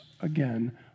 again